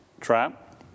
trap